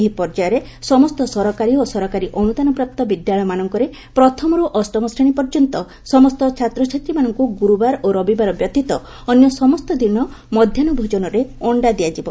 ଏହି ପର୍ଯ୍ୟାୟରେ ସମସ୍ତ ସରକାରୀ ଓ ସରକାରୀ ଅନୁଦାନପ୍ରାପ୍ତ ବିଦ୍ୟାଳୟମାନଙ୍କରେ ପ୍ରଥମରୁ ଅଷ୍ଟମ ଶ୍ରେଣୀ ପର୍ଯ୍ୟନ୍ତ ସମସ୍ତ ଛାତ୍ରଛାତ୍ରୀମାନଙ୍କୁ ଗୁରୁବାର ଓ ରବିବାର ବ୍ୟତୀତ ଅନ୍ୟ ସମସ୍ତ ଦିନ ମଧ୍ଧାହୁ ଭୋଜନରେ ଅଣ୍ଡା ଦିଆଯିବ